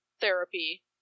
therapy